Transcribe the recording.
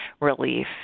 relief